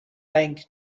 bank